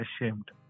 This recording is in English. ashamed